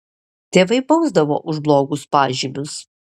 tėvai bausdavo už blogus pažymius